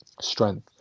strength